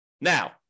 Now